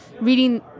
reading